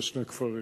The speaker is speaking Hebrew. זה שני כפרים.